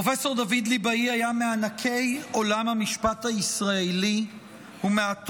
פרופ' דוד ליבאי היה מענקי עולם המשפט הישראלי ומהטובים